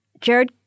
Jared